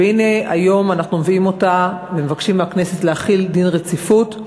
והנה היום אנחנו מביאים אותה ומבקשים מהכנסת להחיל דין רציפות.